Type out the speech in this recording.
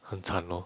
很惨 hor